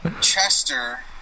Chester